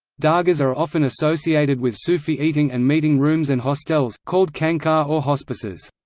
dargahs are often associated with sufi eating and meeting rooms and hostels, called khanqah or hospices.